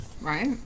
Right